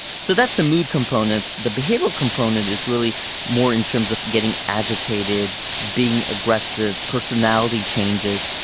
so that's the mood component. the behavioural component is really more in terms of getting agitated, being aggressive, personality changes.